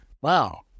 wow